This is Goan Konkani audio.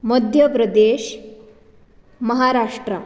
मध्य प्रदेश महाराष्ट्रा